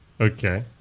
Okay